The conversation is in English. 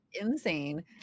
insane